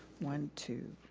one, two,